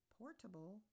Portable